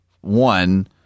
one